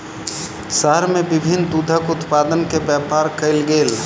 शहर में विभिन्न दूधक उत्पाद के व्यापार कयल गेल